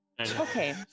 Okay